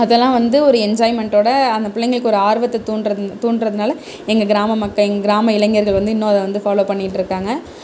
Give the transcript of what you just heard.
அதல்லாம் வந்து ஒரு என்ஜாய்மென்டோட அந்த பிள்ளைங்களுக்கு ஒரு ஆர்வத்தை தூண்டுற தூண்டுறதுனால எங்கள் கிராம மக்கள் கிராம இளைஞர்கள் வந்து இன்னும் வந்து ஃபாலோ பண்ணிகிட்டு இருக்காங்க